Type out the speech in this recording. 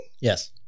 Yes